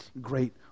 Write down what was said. great